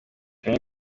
kamwe